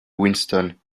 winston